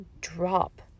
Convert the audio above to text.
drop